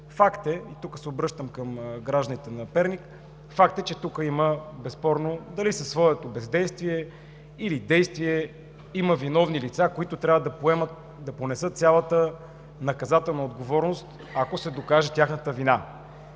Факт е и тук се обръщам към гражданите на Перник, че има безспорно – дали със своето бездействие или действие, виновни лица, които трябва да понесат цялата наказателна отговорност, ако се докаже тяхната вина,